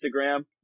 Instagram